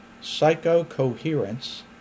psycho-coherence